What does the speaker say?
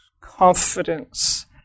confidence